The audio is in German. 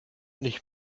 nicht